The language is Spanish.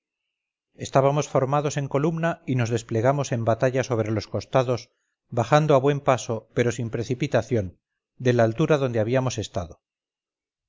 estábamos formados en columna y nos desplegamos en batalla sobre los costados bajando a buen paso pero sin precipitación de la altura donde habíamos estado